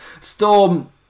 Storm